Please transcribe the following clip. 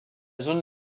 zone